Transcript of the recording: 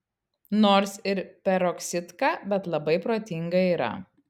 nors ir peroksidka bet labai protinga yra